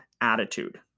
attitude